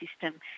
system